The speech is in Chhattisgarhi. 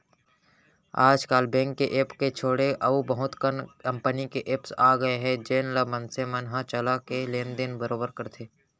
आज काल बेंक के ऐप के छोड़े अउ बहुत कन कंपनी के एप्स आ गए हे जेन ल मनसे मन ह चला के लेन देन बरोबर करथे